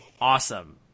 Awesome